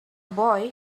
boy